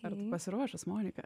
ar tu pasiruošus monika